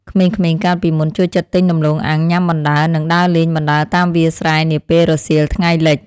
ក្មេងៗកាលពីមុនចូលចិត្តទិញដំឡូងអាំងញ៉ាំបណ្តើរនិងដើរលេងបណ្តើរតាមវាលស្រែនាពេលរសៀលថ្ងៃលិច។